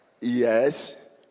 Yes